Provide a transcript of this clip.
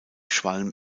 schwalm